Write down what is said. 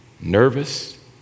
nervous